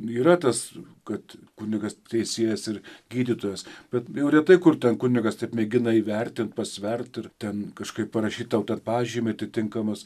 yra tas kad kunigas teisėjas ir gydytojas bet jau retai kur ten kunigas taip mėgina įvertint pasvert ir ten kažkaip parašyt tau ten pažymį atitinkamas